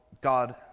God